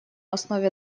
основе